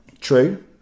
true